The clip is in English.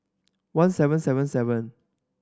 one seven seven seven